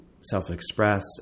self-express